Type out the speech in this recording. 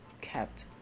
kept